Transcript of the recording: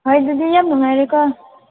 ꯍꯣꯏ ꯑꯗꯨꯗꯤ ꯌꯥꯝ ꯅꯨꯡꯉꯥꯏꯔꯦꯀꯣ